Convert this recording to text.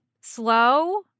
slow